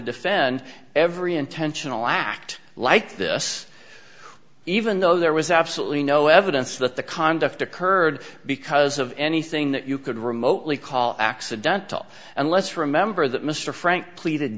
defend every intentional act like this even though there was absolutely no evidence that the conduct occurred because of anything that you could remotely call accidental and let's remember that mr frank pleaded